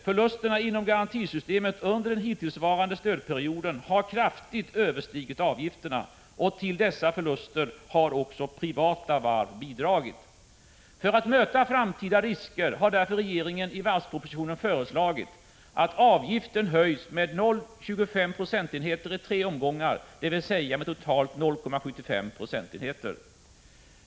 Förlusterna inom garantisystemet under den hittillsvarande stödperioden har kraftigt överstigit avgifterna. Till dessa förluster har även privata varv bidragit. För att möta framtida risker har därför regeringen i varvspropositionen föreslagit att avgiften höjs med 0,25 procentenheter i tre omgångar, dvs. med totalt 0,75 procentenheter.